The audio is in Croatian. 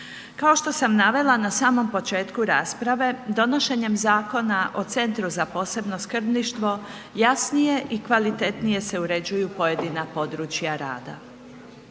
Kao što sam navela na samom početku rasprave, donošenjem Zakona o Centru za posebno skrbništvo, jasnije i kvalitetnije se uređuju pojedina područja rada.